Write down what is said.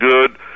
good